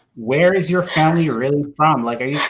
where is your family really from? like are you